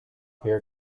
here